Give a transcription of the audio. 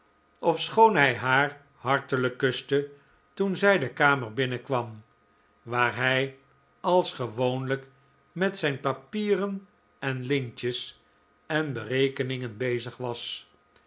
ofschoon hij haar hartelijk kuste toen zij de kamer binnenkwam waar hij als gewoonlijk met zijn papieren en lintjes en berekeningen bezig was